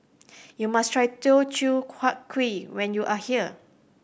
you must try Teochew Huat Kueh when you are here